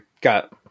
got